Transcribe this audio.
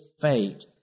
fate